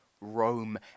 Rome